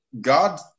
God